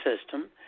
system